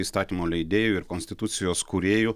įstatymų leidėjų ir konstitucijos kūrėjų